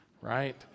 Right